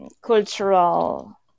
cultural